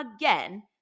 again